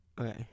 Okay